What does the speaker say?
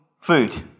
food